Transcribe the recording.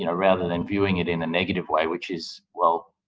you know rather than viewing it in a negative way which is well,